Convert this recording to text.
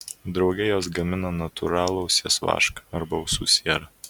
drauge jos gamina natūralų ausies vašką arba ausų sierą